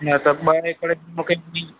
या त ॿ एकड़ मूंखे